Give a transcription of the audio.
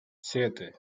siete